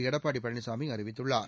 எடப்பாடி பழனிசாமி அறிவித்துள்ளார்